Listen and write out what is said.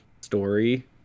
story